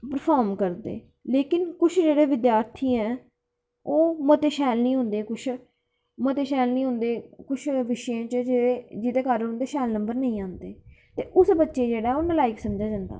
मिगी इंफार्म करदे पर किश जेह्ड़े विद्यार्थी हैन ओह् मते शैल निं होंदे कुछ मते शैल निं होंदे विशें च ते जेह्दे कारण उंदे इन्ने शैल नंबर निं आंदे ते कुछ बच्चें ई जेह्ड़ा ओह् नलायक समझेआ जंदा